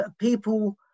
people